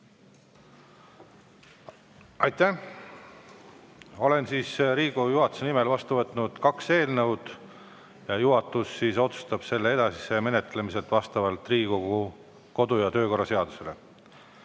Aitäh! Olen Riigikogu juhatuse nimel vastu võtnud kaks eelnõu ja juhatus otsustab nende edasise menetlemise vastavalt Riigikogu kodu- ja töökorra seadusele.